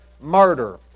murder